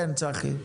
כן, צחי.